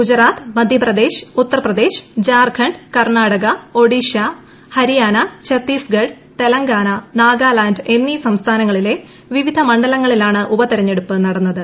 ഗുജറാത്ത് മധ്യപ്രദേശ് ഉത്തർപ്രദേശ് ജാർഖണ്ഡ് കർണാടക ഒഡീഷ ഹരിയാന ഛത്തീസ്ഗഡ് തെലങ്കാന നാഗാലാൻഡ് എന്നീ സംസ്ഥാനങ്ങളിലെ വിവിധ മണ്ഡലങ്ങളിലാണ് ഉപതിരഞ്ഞെടുപ്പ് നടന്നത്